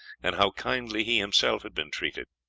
and how kindly he himself had been treated.